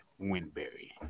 Winberry